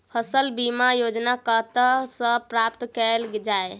फसल बीमा योजना कतह सऽ प्राप्त कैल जाए?